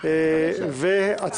פה אחד.